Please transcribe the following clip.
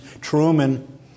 Truman